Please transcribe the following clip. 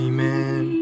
Amen